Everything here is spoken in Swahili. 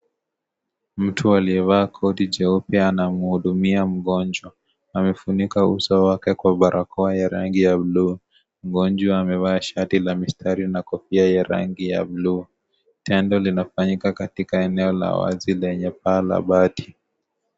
Mtu aliyevaa koti jeupe anamhudumia mgonjwa, amefunika uso wake kwa barakoa ya rangi ya bulu, mgonjwa amevaa shati la mistari na kofia ya rangi ya bulu, tendo linafanyika katika eneo la wazi lenye paa la bati.